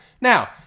Now